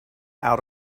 out